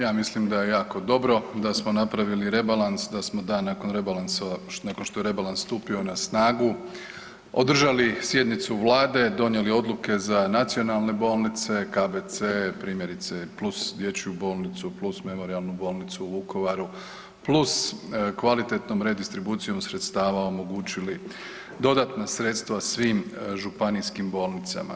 Ja mislim da je jako dobro da smo napravili rebalans, da smo dan nakon rebalansa, nakon što je rebalans stupio na snagu, održali sjednicu vlade, donijeli odluke za nacionalne bolnice, KBC-e primjerice + dječju bolnicu + Memorijalnu bolnicu u Vukovaru + kvalitetnom redistribucijom sredstava omogućili dodatna sredstva svim županijskim bolnicama.